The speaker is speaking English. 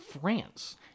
France